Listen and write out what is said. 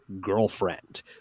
girlfriend